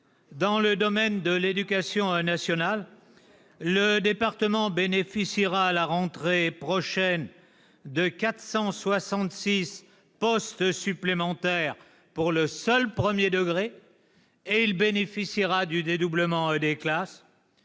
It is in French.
Dans le domaine de l'éducation nationale, le département bénéficiera à la rentrée prochaine de 466 postes supplémentaires pour le seul premier degré et du dédoublement des classes.